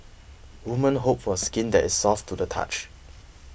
woman hope for skin that is soft to the touch